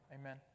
Amen